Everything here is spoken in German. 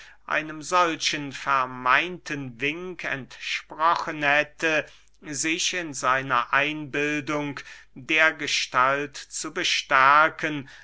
einem solchen vermeinten wink entsprochen hätte sich in seiner einbildung dergestalt zu bestärken